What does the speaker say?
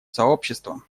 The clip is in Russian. сообществом